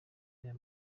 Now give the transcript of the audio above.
aya